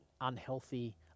unhealthy